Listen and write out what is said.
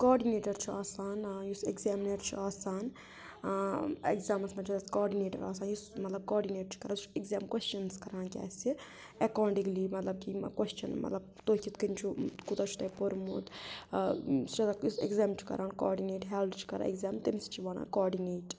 coordinator چھُ آسان یُس ایٚگزامنیَر چھُ آسان ایٚگزامَس مَنٛز چھُ اَسہِ کاڈنیٹَر آسان یُس مطلب کاڈنیٹ چھُ کَران سُہ چھُ ایٚگزام کوسچنٕز کَران کہِ اَسہِ ایٚکاڈِنٛگلی مطلب کہِ یِم کوسچَن مطلب تُہۍ کِتھٕ کٔنۍ چھُو کوٗتاہ چھُ تۄہہِ پوٚرمُت سُہ چھُ آسان یُس ایٚگزام چھُ کَران کاڈِنیٹ ہیٚلڈ چھُ کَران ایٚگزام تٔمِس چھِ وَنان کاڈِنیٹ